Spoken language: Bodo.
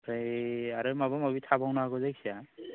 ओमफ्राय आरो माबा माबि थाबावनो हागौ जायखिजाया